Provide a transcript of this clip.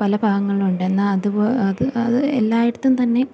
പല ഭാഗങ്ങളിലുണ്ട് എന്നാ അതുപോലെ അത് അത് എല്ലായിടത്തും തന്നെ